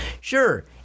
Sure